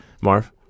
Marv